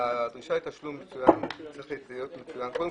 בדרישה לתשלום צריכה להיות מצוינת קודם